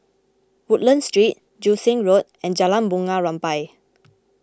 Woodlands Street Joo Seng Road and Jalan Bunga Rampai